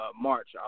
March